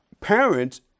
parents